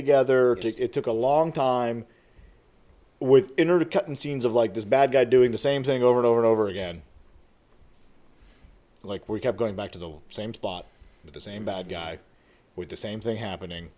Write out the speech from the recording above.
together it took a long time with in order to cut in scenes of like this bad guy doing the same thing over and over and over again like we kept going back to the same spot with the same bad guy with the same thing happening